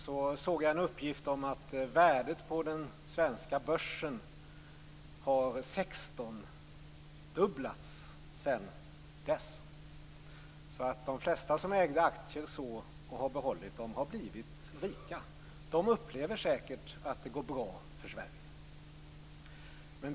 Jag såg en uppgift om att värdet på den svenska börsen har 16-dubblats sedan dess. De flesta som ägde aktier då och behållit dem har blivit rika. De upplever säkert att det går bra för Sverige.